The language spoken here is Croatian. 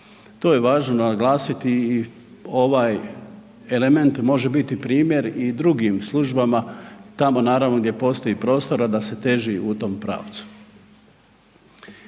To je važno naglasiti i ovaj element može biti primjer i drugim službama tamo naravno gdje postoji prostora da se teži u tom pravcu.